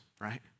right